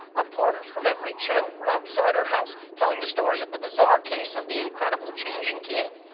reporters from every channel were outside her house telling the story of the bizarre case of the incredible changing kid.